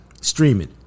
streaming